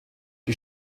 die